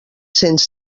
cents